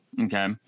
Okay